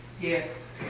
Yes